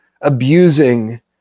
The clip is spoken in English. abusing